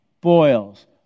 boils